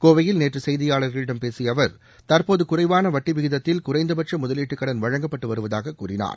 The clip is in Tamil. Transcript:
கோவையில் நேற்று செய்தியாளர்களிடம் பேசிய அவர் தற்போது குறைவான வட்டி விகிதத்தில் குறைந்தபட்ச முதலீட்டு கடன் வழங்கப்பட்டு வருவதாக கூறினார்